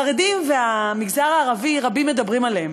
החרדים והמגזר הערבי, רבים מדברים עליהם,